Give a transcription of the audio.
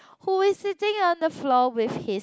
who is sitting on the floor with his